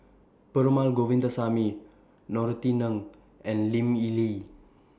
Perumal Govindaswamy Norothy Ng and Lim Lee